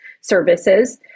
services